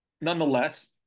nonetheless